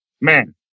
man